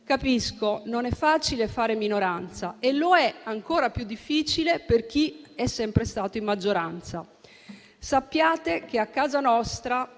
Capisco che non è facile fare la minoranza ed è ancora più difficile per chi è sempre stato in maggioranza. Sappiate che a casa nostra